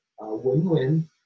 win-win